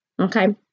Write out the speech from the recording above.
okay